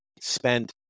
spent